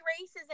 races